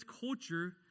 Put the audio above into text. culture